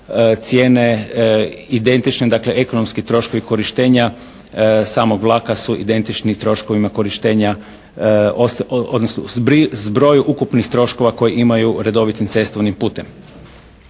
cijene identične, dakle ekonomski troškovi korištenja samog vlaka su identični troškovima korištenja zbroju ukupnih troškova koje imaju redovitim cestovnim putem.